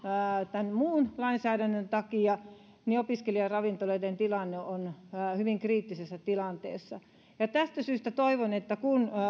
tämän muun lainsäädännön takia niin opiskelijaravintoloiden tilanne on hyvin kriittisessä tilanteessa tästä syystä toivon että kun